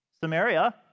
Samaria